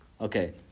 Okay